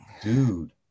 Dude